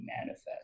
manifest